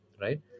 right